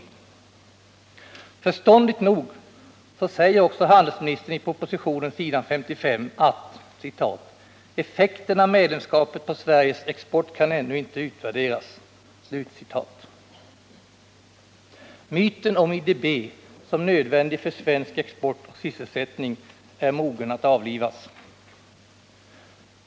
Förståndigt nog säger också handelsministern i propositionen, s. 55, att effekten av medlemskapet på Sveriges export ännu inte kan utvärderas. Myten om IDB som nödvändig för svensk export och sysselsättning är mogen att avlivas.